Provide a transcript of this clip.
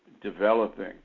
developing